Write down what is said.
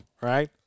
right